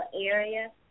area